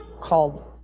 called